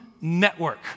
network